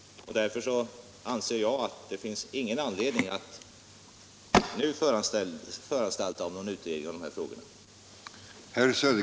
Mot denna bakgrund anser jag inte att det finns någon anledning att nu föranstalta om en utredning av dessa frågor.